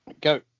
Go